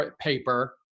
paper